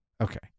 Okay